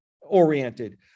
oriented